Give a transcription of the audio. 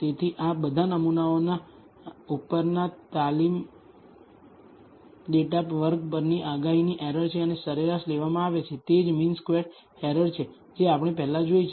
તેથી આ બધા નમૂનાઓ ઉપરના તાલીમ ડેટા વર્ગ પરની આગાહીની એરર છે અને સરેરાશ લેવામાં આવે છે તે જ મીન સ્ક્વેર્ડ એરર છે જે આપણે પહેલાં જોઇ છે